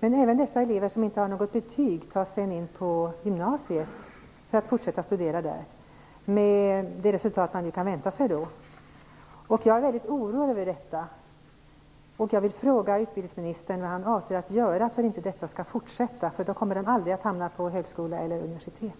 Men även de elever som inte har något betyg tas in på gymnasiet för att fortsätta studera, med de resultat man då kan vänta sig. Jag är väldigt orolig över detta och vill fråga utbildningsministern vad han avser att göra för att detta inte skall fortsätta. Då kommer dessa elever aldrig att hamna på högskola eller universitet.